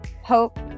hope